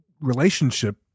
relationship